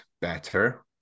better